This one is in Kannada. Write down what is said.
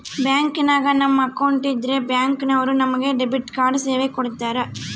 ಬ್ಯಾಂಕಿನಾಗ ನಮ್ಮ ಅಕೌಂಟ್ ಇದ್ರೆ ಬ್ಯಾಂಕ್ ನವರು ನಮಗೆ ಡೆಬಿಟ್ ಕಾರ್ಡ್ ಸೇವೆ ಕೊಡ್ತರ